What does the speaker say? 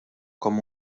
com